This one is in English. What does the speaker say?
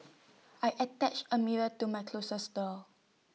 I attached A mirror to my closet door